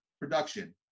production